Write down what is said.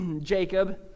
jacob